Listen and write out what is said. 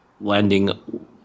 landing